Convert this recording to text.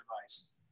device